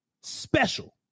Special